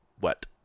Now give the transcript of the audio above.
wet